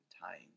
tying